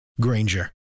Granger